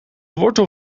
wortel